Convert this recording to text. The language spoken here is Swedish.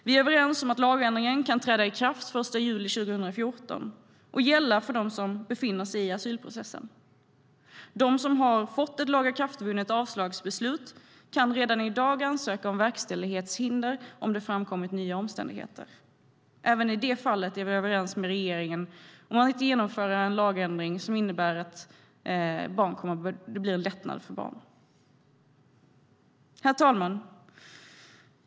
Vi är överens om att lagändringen kan träda i kraft den 1 juli 2014 och gälla för dem som befinner sig i asylprocessen. De som har fått ett lagakraftvunnet avslagsbeslut kan redan i dag ansöka om verkställighetshinder om det framkommit nya omständigheter. Även i det fallet är vi överens med regeringen om att genomföra en lagändring som innebär en lättnad för barn. Herr talman!